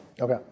Okay